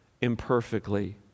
imperfectly